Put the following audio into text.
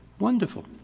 wonderful.